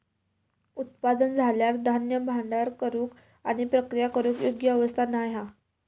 उत्पादन झाल्यार धान्य भांडार करूक आणि प्रक्रिया करूक योग्य व्यवस्था नाय हा